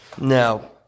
Now